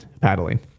paddling